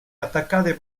attaccate